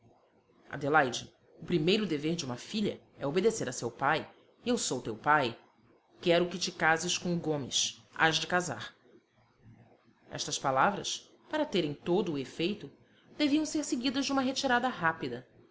o primeiro dever de uma filha é obedecer a seu pai e eu sou teu pai quero que te cases com o gomes hás de casar estas palavras para terem todo o efeito deviam ser seguidas de uma retirada rápida